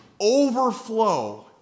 overflow